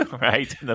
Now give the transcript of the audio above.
right